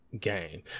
gain